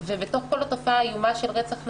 ובתוך כל התופעה האיומה של רצח נשים,